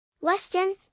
Weston